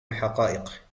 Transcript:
الحقائق